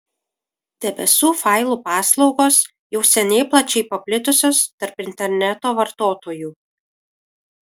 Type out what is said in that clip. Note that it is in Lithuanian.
debesų failų paslaugos jau seniai plačiai paplitusios tarp interneto vartotojų